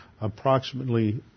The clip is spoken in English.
approximately